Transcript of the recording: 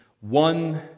one